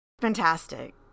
Fantastic